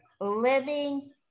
living